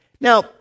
Now